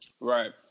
right